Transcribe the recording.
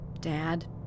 Dad